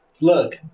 Look